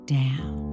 down